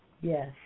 yes